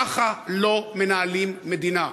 ככה לא מנהלים מדינה.